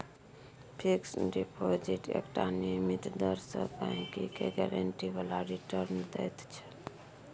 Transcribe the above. fix deposit एकटा नियमित दर सँ गहिंकी केँ गारंटी बला रिटर्न दैत छै